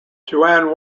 joanne